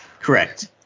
correct